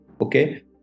Okay